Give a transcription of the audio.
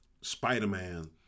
Spider-Man